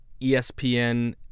ESPN